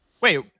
Wait